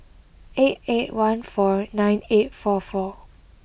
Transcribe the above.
eight eight one four nine eight four four